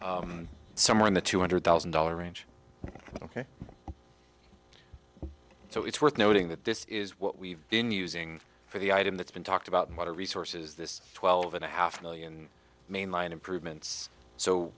spending somewhere in the two hundred thousand dollars range ok so it's worth noting that this is what we've been using for the item that's been talked about what a resource is this twelve and a half million mainline improvements so